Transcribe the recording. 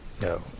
No